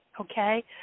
okay